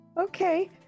Okay